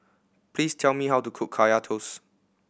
please tell me how to cook Kaya Toast